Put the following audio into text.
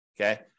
Okay